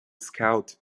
scout